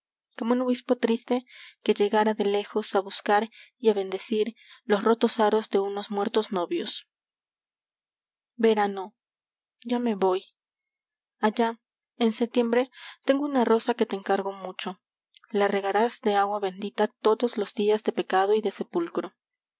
como un obispo triste que legara de lejos a buscar y a ivn lecir los rotos ai os ríe unos murrios novios verano ya me voy allá en setiembre tengo una rosa que te encargo mucho la regarás de agua bendita todos los días de pecado y de sepulcro